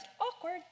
awkward